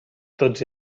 tots